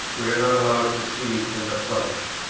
we are not allowed to see in the flesh.